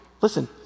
Listen